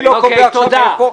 אני לא קובע עכשיו מאיפה,